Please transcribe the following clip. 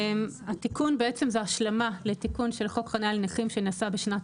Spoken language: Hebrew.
התיקון הוא בעצם השלמה לתיקון של חוק חניה לנכים שנעשה בשנת